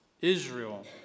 Israel